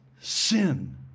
sin